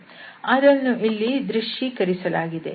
ಅದನ್ನು ಇಲ್ಲಿ ದೃಶ್ಯೀಕರಿಸಲಾಗಿದೆ